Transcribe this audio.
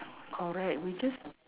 correct we just